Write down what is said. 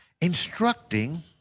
instructing